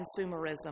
consumerism